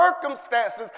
circumstances